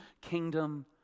Kingdom